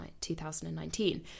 2019